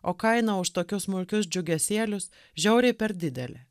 o kaina už tokius smulkius džiugesėlius žiauriai per didelė